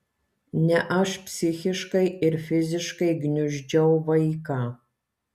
ne aš psichiškai ir fiziškai gniuždžiau vaiką